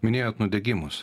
minėjot nudegimus